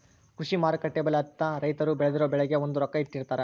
ಕೃಷಿ ಮಾರುಕಟ್ಟೆ ಬೆಲೆ ಅಂತ ರೈತರು ಬೆಳ್ದಿರೊ ಬೆಳೆಗೆ ಒಂದು ರೊಕ್ಕ ಇಟ್ಟಿರ್ತಾರ